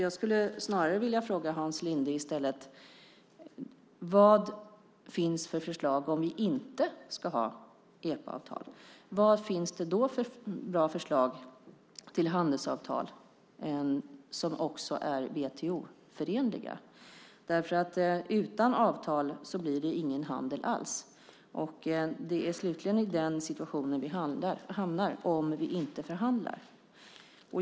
Jag skulle snarare vilja fråga Hans Linde i stället: Vad finns det för förslag om vi inte ska ha EPA? Vad finns det för bra förslag till handelsavtal som också är WTO-förenliga? Utan avtal blir det ingen handel alls. Det är slutligen den situation vi hamnar i om vi inte förhandlar.